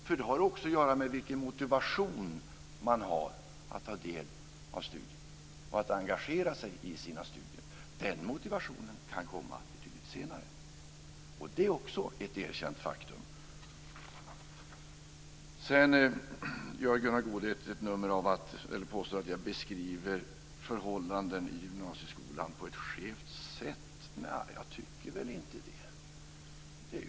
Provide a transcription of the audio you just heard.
Det har också att göra med vilken motivation man har att ta del av studier och att engagera sig i sina studier. Den motivationen kan komma betydligt senare. Och det är också ett erkänt faktum. Sedan påstår Gunnar Goude att jag beskriver förhållanden i gymnasieskolan på ett skevt sätt. Nja, jag tycker väl inte det.